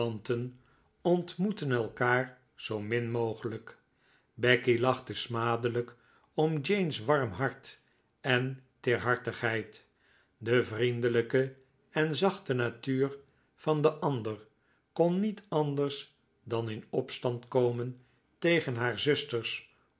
ontmoetten elkaar zoo min mogelijk becky lachte smadelijk om jane's warm hart en teerhartigheid de vriendelijke en zachte natuur van de ander kon niet anders dan in opstand komen tegen haar zusters